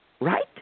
Right